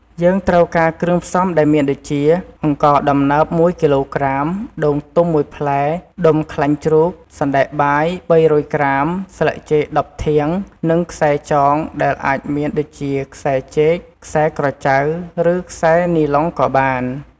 យើងត្រូវការគ្រឿងផ្សំដែលមានដូចជា អង្ករដំណើប១គីឡូក្រាម ដូងទុំមួយផ្លែ ដុំខ្លាញ់ជ្រូក សណ្ដែកបាយ ៣០០ក្រាម ស្លឹកចេក ១០ធាង និងខ្សែចង ដែលអាចមានដូចជាខ្សែចេក ខ្សែក្រចៅ ឬខ្សែនីឡុងក៏បាន។